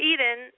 Eden